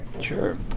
Sure